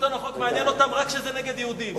שלטון החוק מעניין אותם רק כשזה נגד יהודים.